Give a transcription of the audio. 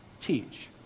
teach